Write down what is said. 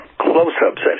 close-ups